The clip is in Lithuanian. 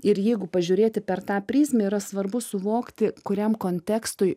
ir jeigu pažiūrėti per tą prizmę yra svarbu suvokti kuriam kontekstui